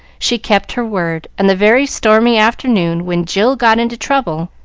she kept her word, and the very stormy afternoon when jill got into trouble,